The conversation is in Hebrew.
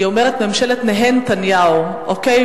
היא אומרת "ממשלת נהנתניהו", אוקיי?